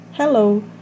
Hello